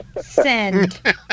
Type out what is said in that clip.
Send